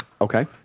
Okay